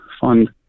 fund